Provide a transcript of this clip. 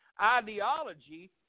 ideology